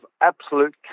absolute